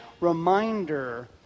reminder